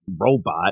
robot